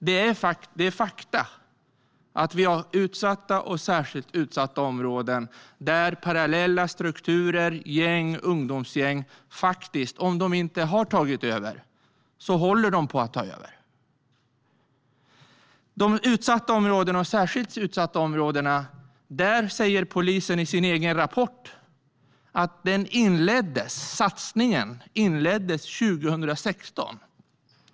Det är fakta att vi har utsatta och särskilt utsatta områden där parallella strukturer - gäng och ungdomsgäng - faktiskt, om de inte redan har tagit över, håller på att ta över. Om de utsatta områdena och särskilt utsatta områdena säger polisen i sin egen rapport att satsningen inleddes 2016.